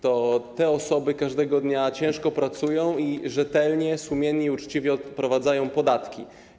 To te osoby każdego dnia ciężko pracują i rzetelnie, sumiennie i uczciwie odprowadzają podatki.